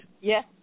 Yes